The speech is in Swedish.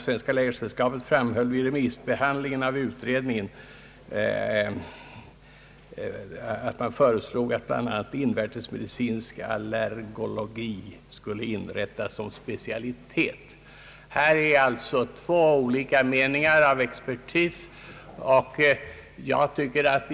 Svenska läkaresällskapet framhöll vid remissbehandlingen av utredningen bl.a. att en specialitet för internmedicinska allergisjukdomar borde inrättas. Här föreligger alltså två olika meningar bland expertisen.